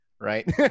right